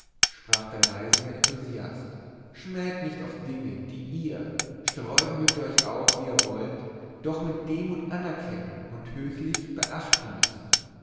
sprach der reisende enthusiast schmäht nicht auf dinge die ihr sträuben mögt ihr euch auch wie ihr wollt doch mit demut anerkennen und höchlich beachten müßt